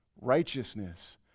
righteousness